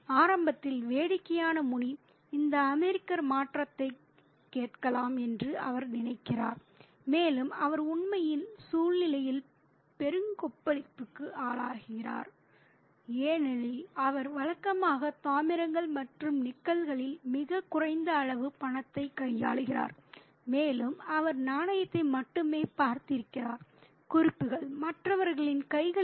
ஆரம்பத்தில் வேடிக்கையாக முனி இந்த அமெரிக்கர் மாற்றத்தைக் கேட்கலாம் என்று அவர் நினைக்கிறார் மேலும் அவர் உண்மையில் சூழ்நிலையின் பெருங்களிப்புக்கு ஆளாகிறார் ஏனெனில் அவர் வழக்கமாக தாமிரங்கள் மற்றும் நிக்கல்களில் மிகக் குறைந்த அளவு பணத்தை கையாளுகிறார் மேலும் அவர் நாணயத்தை மட்டுமே பார்த்திருக்கிறார் குறிப்புகள் மற்றவர்களின் கைகளில்